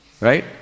right